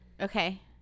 Okay